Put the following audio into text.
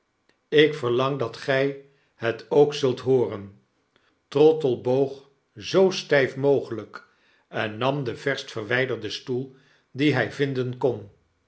ik verlang dat gij het ook zult hooren trottle boog zoo stp mogelyk en nam den verst verwjjderden stoel dien hfl vinden kon